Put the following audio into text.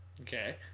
Okay